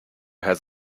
has